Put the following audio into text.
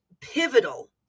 pivotal